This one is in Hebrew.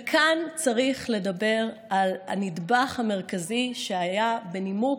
וכאן צריך לדבר על הנדבך המרכזי שהיה בנימוק.